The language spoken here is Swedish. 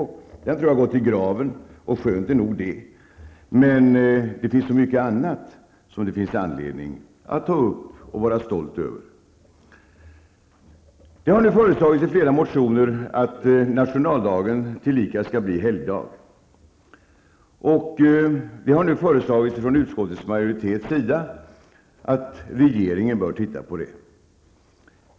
Jag tror att den har gått i graven, och skönt är nog det, men det finns så mycket annat som vi har anledning att ta upp och vara stolta över. Det har nu föreslagits i flera motioner att nationaldagen tillika skall bli helgdag, och utskottsmajoriteten har föreslagit att regeringen skall utreda frågan.